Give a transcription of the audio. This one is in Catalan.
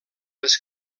les